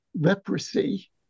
leprosy